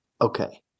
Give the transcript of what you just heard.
Okay